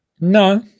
No